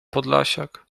podlasiak